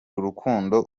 urukundo